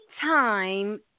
time